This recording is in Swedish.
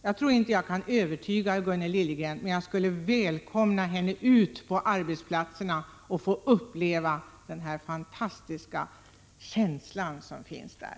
Jag tror inte att jag kan övertyga Gunnel Liljegren, men jag skulle välkomna henne ut på arbetsplatserna för att låta henne få uppleva den här fantastiska känslan som finns där.